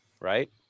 right